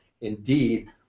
Indeed